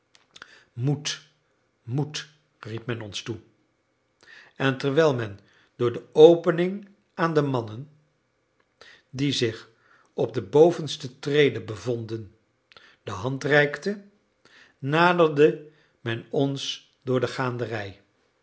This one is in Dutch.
moed moed riep men ons toe en terwijl men door de opening aan de mannen die zich op de bovenste trede bevonden de hand reikte naderde men ons door de gaanderij